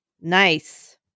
Nice